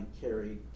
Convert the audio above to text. carried